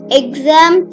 exam